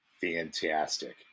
fantastic